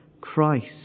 Christ